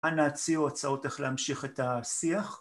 ‫אנא הציעו הצעות איך להמשיך את השיח.